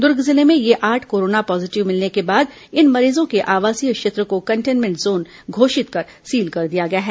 दुर्ग जिले में ये आठ कोरोना पॉजीटिव मिलने के बाद इन मरीजों के आवासीय क्षेत्रों को कंटेनमेंट जोन घोषित कर सील कर दिया गया है